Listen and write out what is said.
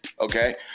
Okay